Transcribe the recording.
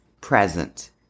present